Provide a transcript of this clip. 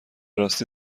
راستی